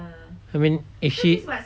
I mean actually